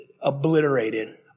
obliterated